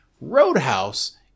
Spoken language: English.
Roadhouse